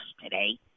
today